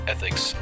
Ethics